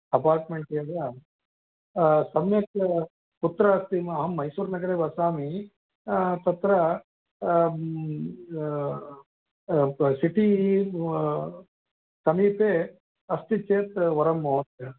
apartment एव सम्यक् कुत्र अस्ति अहं मैसुरुनगरे वसामि तत्र सिटि समीपे अस्ति चेत् वरं महोदय